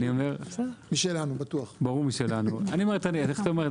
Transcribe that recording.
אני אומר, איך אתה אומר?